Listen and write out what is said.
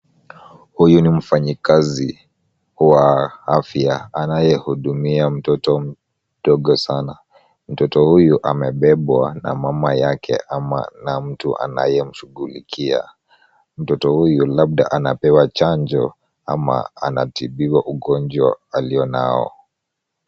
Huyu ni mfanyikazi wa afya anayehudumia mtoto mdogo sana ,mtoto huyu amebebwa na mama yake ama na mtu anayemshughlikia , mtoto huyu labda anapewa chanjo ama anatabiwa ugonjwa alio nao.